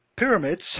Pyramids